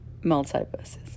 multiverses